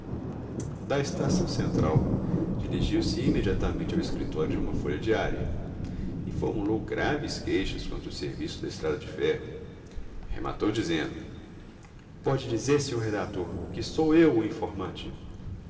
da estação central dirigiu-se imediatamente ao escritório de uma folha diária e formulou graves queixas contra o serviço da estrada de ferro rematou dizendo pode dizer sr redator que sou eu o informante